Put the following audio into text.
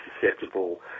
susceptible